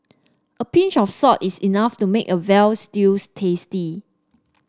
a pinch of salt is enough to make a veal stews tasty